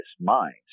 minds